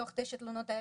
מתוך תשע תלונות אלה,